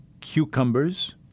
cucumbers